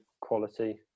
quality